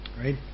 right